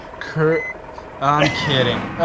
curt, i'm kidding.